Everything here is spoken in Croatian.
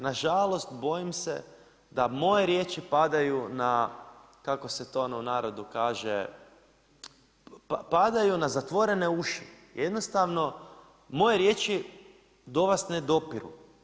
Nažalost, bojim se da moje riječi padaju na, kako se to u narodu kaže, padaju na zatvorene uši, jednostavno moje riječi do vas ne dopiru.